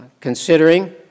considering